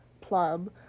plum